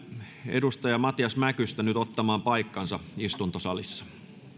edustaja matias mäkystä ottamaan paikkansa istuntosalissa